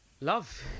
love